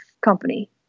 company